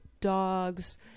dogs